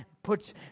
puts